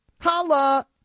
Holla